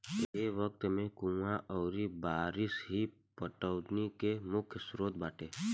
ए वक्त में कुंवा अउरी बारिस ही पटौनी के मुख्य स्रोत बावे